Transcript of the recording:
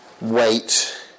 wait